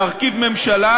להרכיב ממשלה,